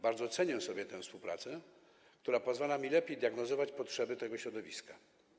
Bardzo cenię sobie tę współpracę, która pozwala mi lepiej diagnozować potrzeby tego środowiska.